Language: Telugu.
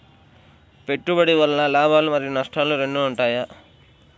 పెట్టుబడి వల్ల లాభాలు మరియు నష్టాలు రెండు ఉంటాయా?